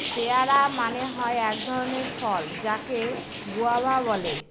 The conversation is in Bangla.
পেয়ারা মানে হয় এক ধরণের ফল যাকে গুয়াভা বলে